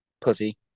Pussy